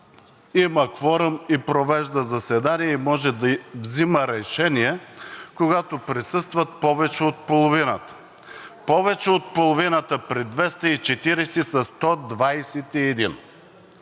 има кворум и провежда заседание и може да взема решение, когато присъстват повече от половината, а повече от половината при 240 са 121.